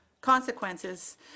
consequences